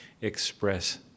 express